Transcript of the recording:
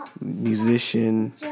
musician